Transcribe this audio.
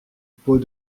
pot